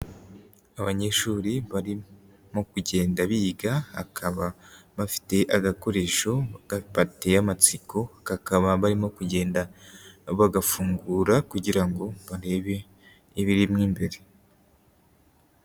Abanyeshuri barimo kugenda biga, hakaba bafite agakoresho gateye amatsiko, kakaba barimo kugenda bagafungura kugira ngo barebe ibirimo imbere.